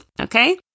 okay